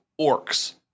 Orcs